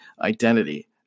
identity